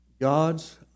God's